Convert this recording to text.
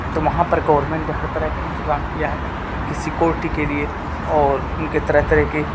تو وہاں پر گورنمنٹ نے ہر طرح کا انتظام کیا ہے ان کی سیکورٹی کے لیے اور ان کے طرح طرح کے